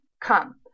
come